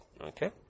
Okay